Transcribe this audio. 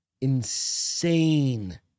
insane